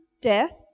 death